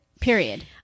Period